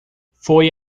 foi